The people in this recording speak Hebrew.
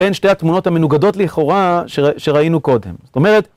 בין שתי התמונות המנוגדות לכאורה, שראינו קודם, זאת אומרת.